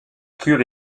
cure